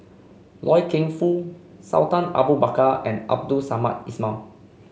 Loy Keng Foo Sultan Abu Bakar and Abdul Samad Ismail